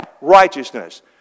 righteousness